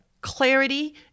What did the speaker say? clarity